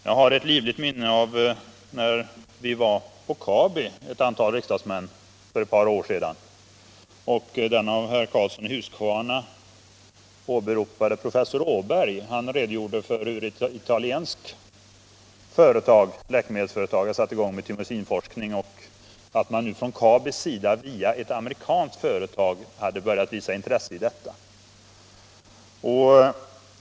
Jag har ett livligt minne av ett besök på Kabi tillsammans med ett antal andra riksdagsmän för ett par år sedan, där den av herr Karlsson i Huskvarna åberopade professor Åberg redogjorde för att ett italienskt läkemedelsföretag hade satt i gång thymosinforsning och att också Kabi via ett amerikanskt företag hade börjat visa intresse för sådan forskning.